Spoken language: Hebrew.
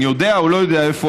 יודע או לא יודע איפה